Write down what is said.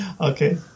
Okay